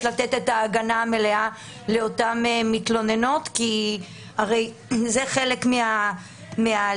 לתת את ההגנה המלאה לאותן מתלוננות כי הרי זה חלק מההליך.